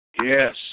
Yes